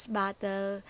battle